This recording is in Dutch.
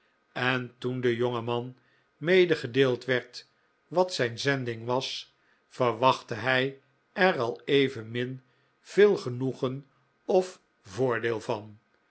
en toen den jongeman medegedeeld werd wat zijn zending was verwachtte hij er al evenmin veel genoegen of voordeel van